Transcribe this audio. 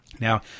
Now